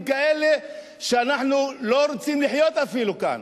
כאלה שאנחנו לא רוצים לחיות אפילו כאן.